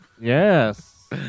Yes